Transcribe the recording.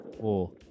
four